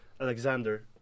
Alexander